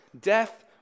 death